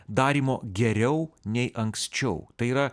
darymo geriau nei anksčiau tai yra